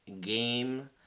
game